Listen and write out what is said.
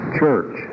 church